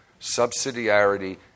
subsidiarity